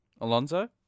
Alonso